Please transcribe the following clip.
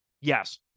Yes